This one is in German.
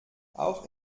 auch